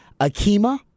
Akima